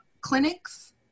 clinics